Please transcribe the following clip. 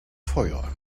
feuer